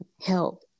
help